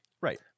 Right